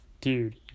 Dude